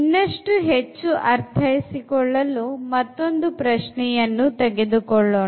ಇನ್ನಷ್ಟು ಹೆಚ್ಚು ಅರ್ಥೈಸಿಕೊಳ್ಳಲು ಮತ್ತೊಂದು ಪ್ರಶ್ನೆಯನ್ನು ತೆಗೆದುಕೊಳ್ಳೋಣ